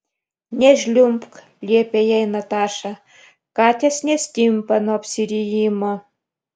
nežliumbk liepė jai nataša katės nestimpa nuo apsirijimo